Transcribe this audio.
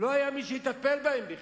לא היה מי שיטפל בהם בכלל.